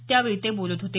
त्यावेळी ते बोलत होते